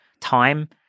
Time